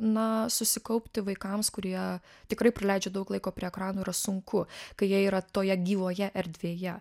na susikaupti vaikams kurie tikrai praleidžia daug laiko prie ekranų yra sunku kai jie yra toje gyvoje erdvėje